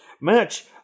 match